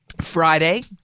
Friday